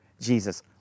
Jesus